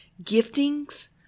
Giftings